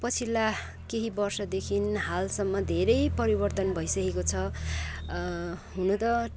पछिल्ला केही बर्षदेखिन् हालसम्म धेरै परिवर्तन भइसकेको छ हुनु त